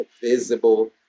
visible